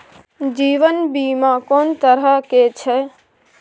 जीवन बीमा कोन तरह के छै?